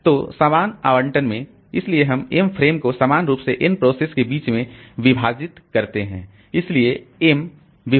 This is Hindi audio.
तो समान आवंटन में इसलिए हम m फ्रेम को समान रूप से n प्रोसेस के बीच में विभाजित करते हैं इसलिए m भागा n